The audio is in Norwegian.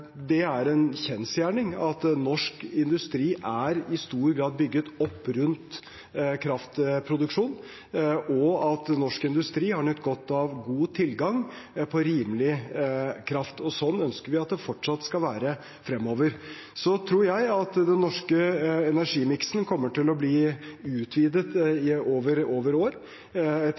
Det er en kjensgjerning at norsk industri i stor grad er bygget opp rundt kraftproduksjon, og at norsk industri har nytt godt av god tilgang på rimelig kraft. Slik ønsker vi at det fortsatt skal være fremover. Så tror jeg at den norske energimiksen kommer til å bli utvidet over år, etter